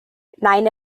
nine